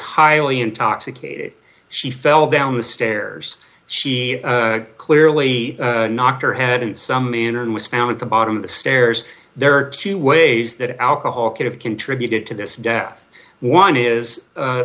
highly intoxicated she fell down the stairs she clearly knocked her head in some manner and was found at the bottom of the stairs there are two ways that alcohol could have contributed to this death one